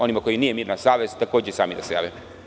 Onima kojima nije mirna savest takođe će sami da se jave.